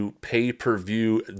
pay-per-view